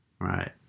right